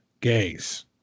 gays